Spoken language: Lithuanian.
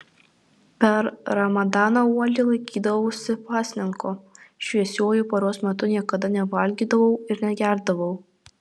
per ramadaną uoliai laikydavausi pasninko šviesiuoju paros metu niekada nevalgydavau ir negerdavau